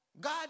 God